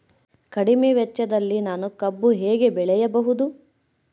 ಕಡಿಮೆ ವೆಚ್ಚದಲ್ಲಿ ನಾನು ಕಬ್ಬು ಹೇಗೆ ಬೆಳೆಯಬಹುದು?